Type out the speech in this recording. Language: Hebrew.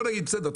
בסדר,